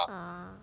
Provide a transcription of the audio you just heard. ah